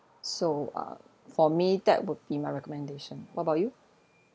so uh for me that would be my recommendation what about you